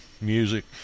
music